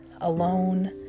alone